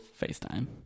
FaceTime